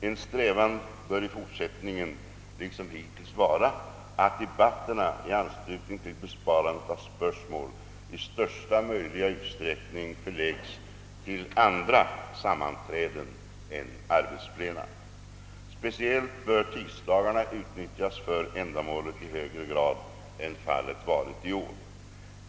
En strävan bör i fortsättningen liksom hittills vara att debatterna i anslutning till besvarandet av spörsmål i största möjliga utsträckning förlägges till andra sammanträden än arbetsplena. Speciellt bör tisdagarna utnyttjas för ändamålet i högre grad än fallet varit i år.